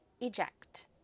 eject